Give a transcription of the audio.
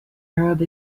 arab